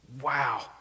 Wow